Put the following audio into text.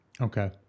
Okay